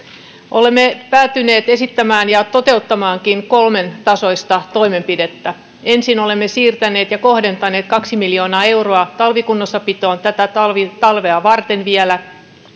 olemme päätyneet esittämään ja toteuttamaankin kolmen tasoista toimenpidettä ensin olemme siirtäneet ja kohdentaneet kaksi miljoonaa euroa talvikunnossapitoon tätä talvea varten vielä